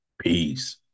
Peace